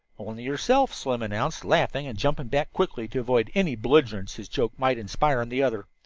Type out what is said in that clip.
only yourself, slim announced, laughing and jumping back quickly to avoid any belligerency his joke might inspire in the other.